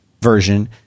version